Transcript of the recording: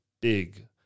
big